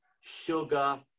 sugar